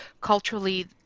culturally